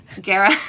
Gara